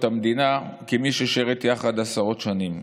המדינה אני מדבר כמי ששירת יחד איתו עשרות שנים.